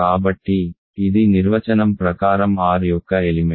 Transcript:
కాబట్టి ఇది నిర్వచనం ప్రకారం R యొక్క ఎలిమెంట్